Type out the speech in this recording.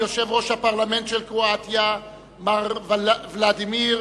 יושב-ראש הפרלמנט של קרואטיה מר לוקא בביץ,